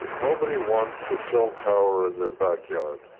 nobody wants a cell tower in their backyard.